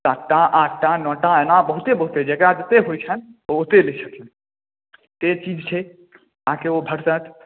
सात टा आठ टा नओ टा एना बहुते बहुते जेकरा जतेक होइ छैनि ओ ओतेक दै छथिन से चीज छै अहाँके ओ भेटतथि